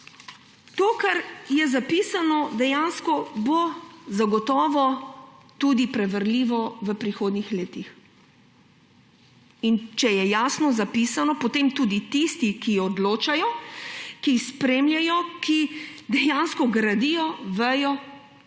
To, kar je zapisano, bo dejansko zagotovo tudi preverljivo v prihodnjih letih. Če je jasno zapisano, potem tudi tisti, ki odločajo, ki spremljajo, ki dejansko gradijo, vedo,